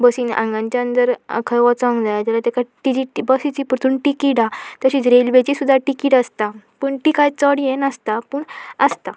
बसीन हांगाच्यान जर खंय वचोंक जाय जाल्यार तेका जी बसीची परतून टिकीटा तशीच रेल्वेची सुद्दा टिकीट आसता पूण टिकाय चड हें नासता पूण आसता